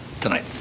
tonight